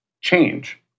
change